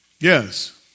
Yes